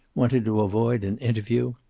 wanted to avoid an interview.